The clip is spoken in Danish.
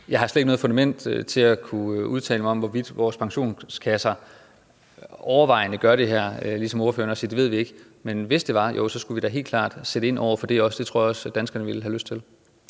Jeg har slet ikke noget fundament for at kunne udtale mig om, hvorvidt vores pensionskasser overvejende gør det her, og siger ligesom ordføreren, at det ved vi ikke. Men hvis det var, skulle vi da helt klart også sætte ind over for det, og det tror jeg også danskerne ville have lyst til.